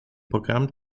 programm